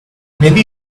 maybe